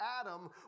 Adam